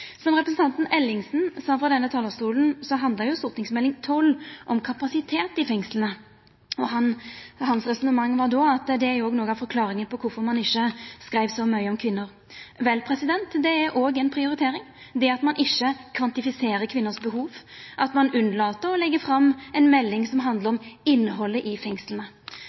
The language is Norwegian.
som kvinner i Noreg. Som representanten Ellingsen sa frå denne talarstolen, handlar Meld. St. 12 for 2014–2015 om kapasiteten i fengsla. Hans resonnement var då at det er noko av forklaringa på kvifor ein ikkje skreiv så mykje om kvinner. Vel, det er òg ei prioritering – det at ein ikkje kvantifiserer kvinners behov, at ein lèt vera å leggja fram ei melding som handlar om innhaldet i fengsla.